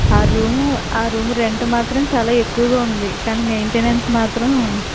ఆ రూమ్ ఆ room rent మాత్రం చాలా ఎక్కువుగా ఉంది కాని మెయింటెనెన్స్ మాత్రం